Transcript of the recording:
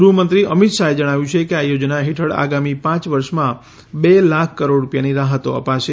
ગૃહમંત્રી અમિત શાહે જણાવ્યું છે કે આ યોજના હેઠળ આગામી પાંચ વર્ષમાં બે લાખ કરોડ રૂપિયાની રાહતો અપાશે